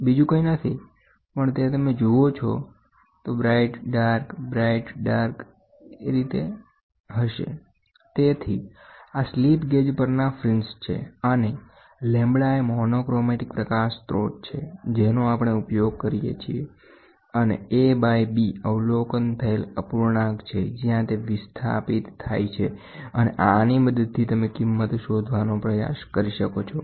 બીજું કંઈ નથી પણ તે તમે જુઓ છો તો બ્રાઈટ ડાર્ક બ્રાઈટ ડાર્ક તેથી આ સ્લિપ ગેજ પરના ફ્રિન્જ્સ છે અને લેમ્બડા એ મોનોક્રોમેટિક પ્રકાશ સ્રોત છે જેનો આપણે ઉપયોગ કરીએ છીએ અને a બાઈ b અવલોકન થયેલ અપૂર્ણાંક છે જ્યાં તે વિસ્થાપિત થાય છે અને આની મદદથી તમે કિંમત શોધવાનો પ્રયાસ કરી શકો છો